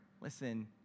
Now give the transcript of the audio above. Listen